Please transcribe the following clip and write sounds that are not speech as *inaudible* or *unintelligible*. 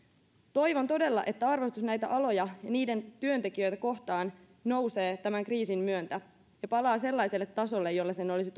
toivon todella että arvostus näitä aloja ja niiden työntekijöitä kohtaan nousee tämän kriisin myötä ja palaa sellaiselle tasolle jolla sen olisi *unintelligible*